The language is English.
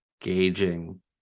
gauging